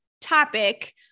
topic